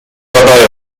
aday